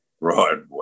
Broadway